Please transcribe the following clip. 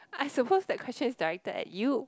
I supposed that question is directed at you